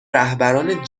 رهبران